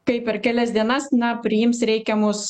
kai per kelias dienas na priims reikiamus